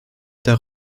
der